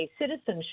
citizenship